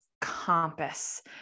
compass